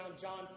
john